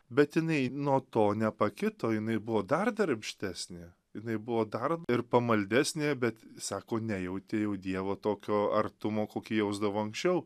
bet jinai nuo to nepakito jinai buvo dar darbštesnė jinai buvo dar ir pamaldesnė bet sako nejautė jau dievo tokio artumo kokį jausdavo anksčiau